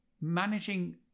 managing